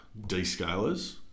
descalers